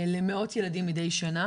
למאות ילדים מדי שנה.